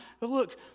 Look